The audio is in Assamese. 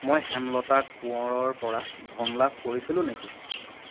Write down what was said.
মই হেমলতা কোঁৱৰৰ পৰা ধন লাভ কৰিছিলোঁ নেকি